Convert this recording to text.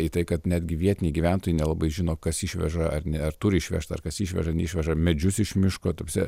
į tai kad netgi vietiniai gyventojai nelabai žino kas išveža ar ne ar turi išvežt ar kas išveža neišveža medžius iš miško ta prasme